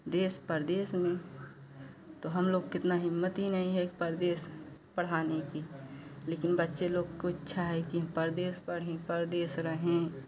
देश परदेश में तो हम लोग का इतना हिम्मत ही नहीं है परदेश पढ़ाने की लेकिन बच्चे लोग को इच्छा है कि हम परदेश पढ़े परदेश रहें